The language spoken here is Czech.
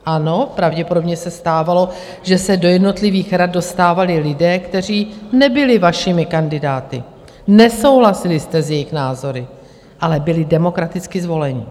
Ano, pravděpodobně se stávalo, že se do jednotlivých rad dostávali lidé, kteří nebyli vašimi kandidáty, nesouhlasili jste s jejich názory, ale byli demokraticky zvoleni.